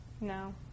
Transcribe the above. No